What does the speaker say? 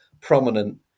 prominent